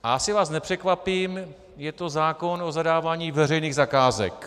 Asi vás nepřekvapím, je to zákon o zadávání veřejných zakázek.